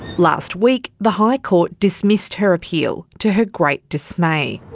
last week, the high court dismissed her appeal, to her great dismay.